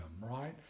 right